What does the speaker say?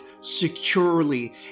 securely